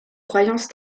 croyances